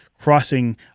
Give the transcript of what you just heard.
crossing